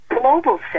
global